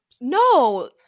No